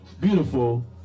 beautiful